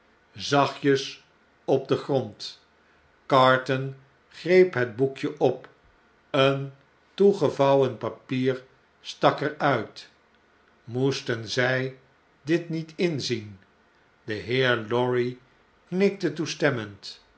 zachtjes op den grond carton greep het boekje op een toegevouwen papier stak er uit moesten zij dit niet inzien de heer lorry knikte toestemmend